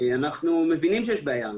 אנחנו מבינים שיש בעיה.